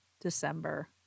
December